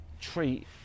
treat